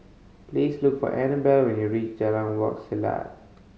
please look for Anabel when you reach Jalan Wak Selat